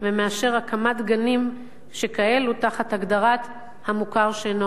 הקמת גנים שכאלה תחת הגדרת מוכר שאינו רשמי?